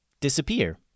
disappear